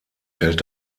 fällt